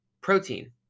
Protein